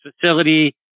facility